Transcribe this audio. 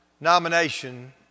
nomination